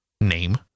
name